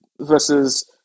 versus